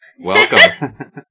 Welcome